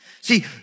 See